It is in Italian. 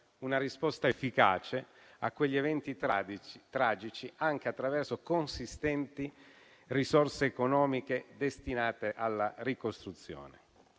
una risposta efficace a quegli eventi tragici anche attraverso consistenti risorse economiche destinate alla ricostruzione.